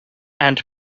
and